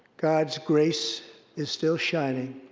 god's grace is still shining,